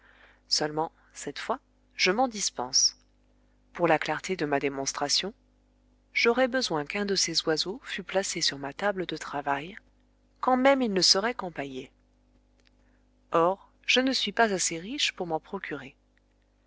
seulement cette fois je m'en dispense pour la clarté de ma démonstration j'aurais besoin qu'un de ces oiseaux fût placé sur ma table de travail quand même il ne serait qu'empaillé or je ne suis pas assez riche pour m'en procurer